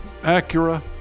Acura